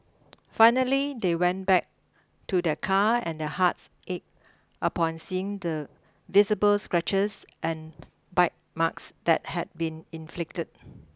finally they went back to their car and their hearts ache upon seeing the visible scratches and bite marks that had been inflicted